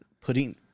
putting